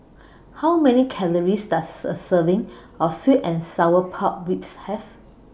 How Many Calories Does A Serving of Sweet and Sour Pork Ribs Have